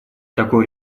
такой